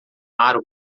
aro